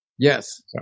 Yes